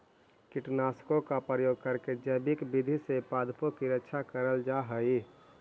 कीटनाशकों का प्रयोग करके जैविक विधि से पादपों की रक्षा करल जा हई